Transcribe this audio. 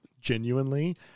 genuinely